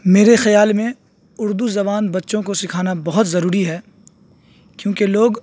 میرے خیال میں اردو زبان بچوں کو سکھانا بہت ضروری ہے کیونکہ لوگ